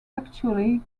actually